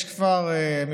כבר יש,